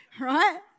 Right